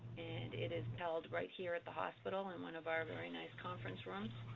and it is held right here at the ah so but um in one of our very nice conference rooms.